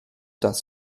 das